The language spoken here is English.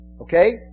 Okay